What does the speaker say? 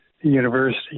university